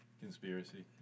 conspiracy